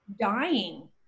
dying